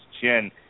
chin